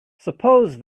suppose